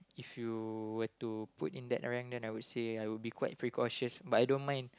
If you were to put in that rang then I would say I would be quite precautious but I don't mind